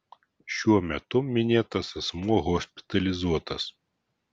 šiuo metu minėtas asmuo hospitalizuotas